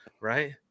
right